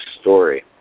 story